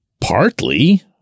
Partly